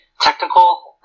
technical